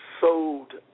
sold